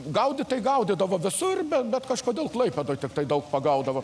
gaudyt tai gaudydavo visur bet kažkodėl klaipėdoj tik daug pagaudavo